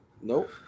Nope